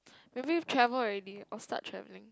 maybe travel already or start travelling